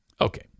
Okay